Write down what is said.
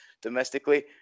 domestically